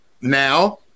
now